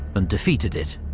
and defeated it.